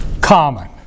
Common